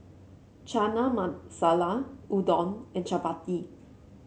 Chana Masala Udon and Chapati